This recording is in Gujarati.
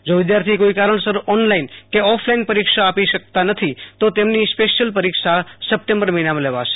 જો વિદ્યાર્થિ કોઈ કારણસર ઓનલાઈન કે ઓફલાઈન પરીક્ષા આપી શકતા નથી તો તેમની સ્પેશિયલ પરીક્ષા સપ્ટેમ્બર મહિનામાં લેવાશે